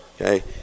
Okay